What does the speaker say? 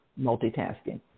multitasking